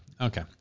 Okay